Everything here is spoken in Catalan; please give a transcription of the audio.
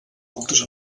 moltes